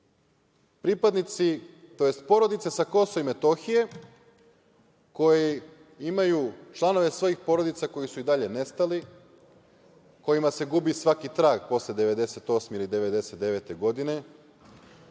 pripadnici, tj. porodice sa Kosova i Metohije koje imaju članove svojih porodica koji su i dalje nestali, kojima se gubi svaki traga posle 1998. ili 1999. godine,